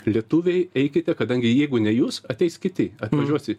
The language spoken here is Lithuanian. lietuviai eikite kadangi jeigu ne jūs ateis kiti atvažiuos į